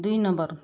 ଦୁଇ ନମ୍ବର